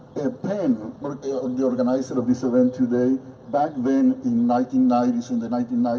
pen the organizer of this event today back then in nineteen ninety s, in the nineteen ninety